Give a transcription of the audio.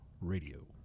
radio